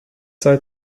sei